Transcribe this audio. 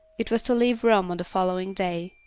it was to leave rome on the following day.